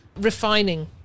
refining